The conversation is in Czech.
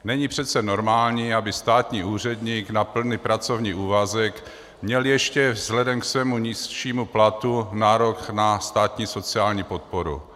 Není přece normální, aby státní úředník na plný pracovní úvazek měl ještě vzhledem k svému nižšímu platu nárok na státní sociální podporu.